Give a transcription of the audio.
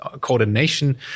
coordination